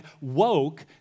woke